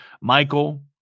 Michael